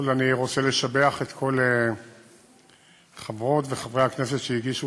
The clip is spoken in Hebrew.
אני רוצה לשבח את כל חברות וחברי הכנסת שהגישו